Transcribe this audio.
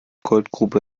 goldgrube